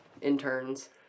interns